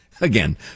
again